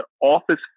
office